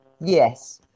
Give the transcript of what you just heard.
Yes